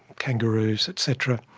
kangaroos et cetera,